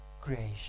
creation